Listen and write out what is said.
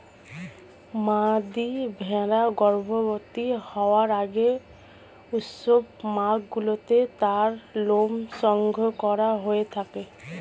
মাদী ভেড়া গর্ভবতী হওয়ার আগে উষ্ণ মাসগুলিতে তার লোম সংগ্রহ করা হয়ে থাকে